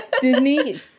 Disney